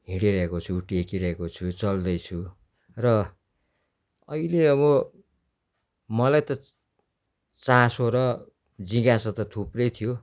हिँडिरहेको छु टेकिरहेको छि चल्दैछु र अहिले अब मलाई त चासो र जिज्ञासा त थुप्रै थियो